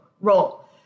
role